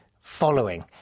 following